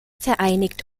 vereinigt